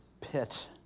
pit